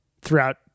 throughout